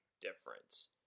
difference